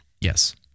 Yes